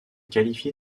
qualifié